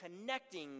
connecting